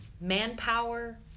manpower